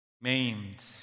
maimed